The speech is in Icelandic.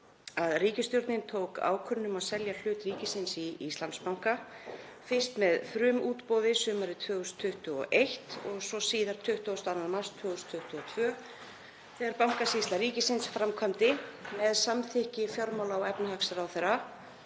að ríkisstjórnin tók ákvörðun um að selja hlut ríkisins í Íslandsbanka, fyrst með frumútboði sumarið 2021, og svo síðar 22. mars 2022 þegar Bankasýsla ríkisins framkvæmdi, með samþykki fjármála- og efnahagsráðherra,